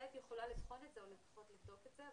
בהחלט יכולה לבחון את זה, או לפחות לבדוק את זה.